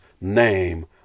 name